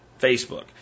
Facebook